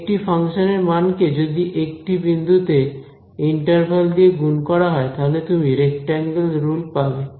একটি ফাংশানের মানকে যদি একটি বিন্দুতে ইন্টারভাল দিয়ে গুণ করা হয় তাহলে তুমি রেক্টাঙ্গেল রুল পাবে